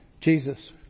Jesus